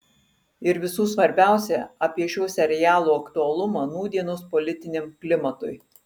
ir visų svarbiausia apie šio serialo aktualumą nūdienos politiniam klimatui